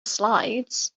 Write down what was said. slides